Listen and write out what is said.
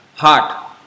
Heart